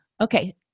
okay